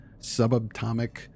subatomic